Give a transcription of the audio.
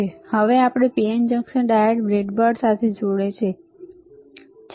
હવે તે PN junction ડાયોડને બ્રેડબોર્ડ સાથે જોડે છે